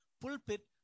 pulpit